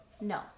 no